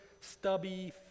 stubby